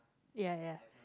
ya ya ya